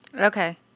Okay